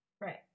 right